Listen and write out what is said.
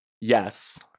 Yes